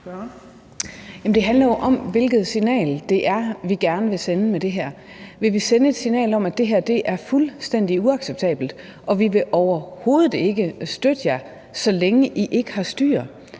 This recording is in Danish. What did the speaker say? Det handler jo om, hvilket signal det er, vi gerne vil sende med det her. Vil vi sende et signal, hvor vi siger: Det her er fuldstændig uacceptabelt, og vi vil overhovedet ikke støtte jer, så længe I ikke har styr